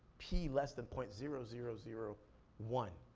p less than point zero zero zero one.